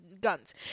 guns